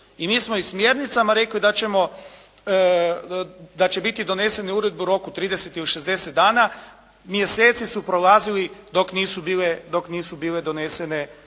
i mi smo i smjernicama rekli da ćemo, da će biti donesene uredbe u roku 30 ili 60 dana. Mjeseci su prolazili dok nisu bile donesene uredbe